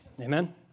Amen